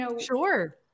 Sure